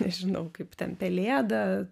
nežinau kaip ten pelėda